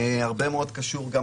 הרבה מאוד קשור גם